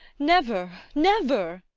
never! never!